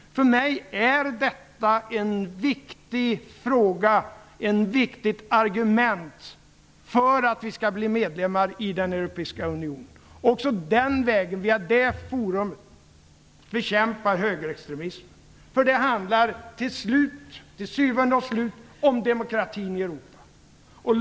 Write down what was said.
För mig är detta en viktig fråga, ett viktigt argument för att vi skall bli medlemmar i den europeiska unionen. Också den vägen, via det forumet, skall vi bekämpa högerextremismen. Det handlar till syvende och sist om demokratin i Europa.